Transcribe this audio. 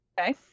Okay